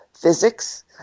physics